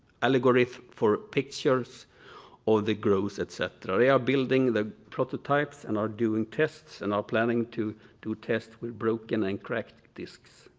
algorhyth for pictures of the grooves, et cetera. they are building the prototypes and are doing tests and are planning to do tests with broken and cracked discs.